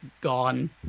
gone